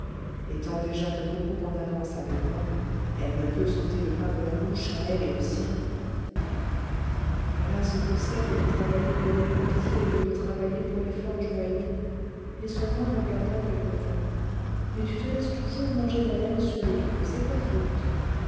étant déjà de beaucoup en avance avec moi elle ne peut s'ôter le pain de la bouche à elle et aux siens voilà ce que c'est que de travailler pour des courtiers au lieu de travailler pour les forts joailliers ils sont moins regardants quelquefois mais tu te laisses toujours manger la laine sur le dos c'est ta faute